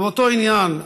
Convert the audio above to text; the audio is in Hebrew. באותו עניין,